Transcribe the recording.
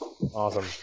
Awesome